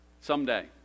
someday